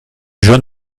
john